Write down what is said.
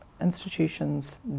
institutions